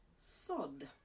sod